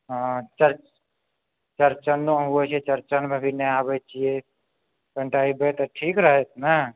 चौरचन चौरचन होइ छै चौरचनो मे भी नहि आबै छियै कनिटा एबै तऽ ठीक रहत ने